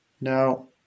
Now